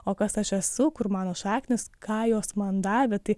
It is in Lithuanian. o kas aš esu kur mano šaknys ką jos man davė tai